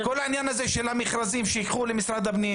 כל העניין הזה של המכרזים שייקחו למשרד הפנים,